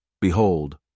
Behold